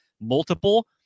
multiple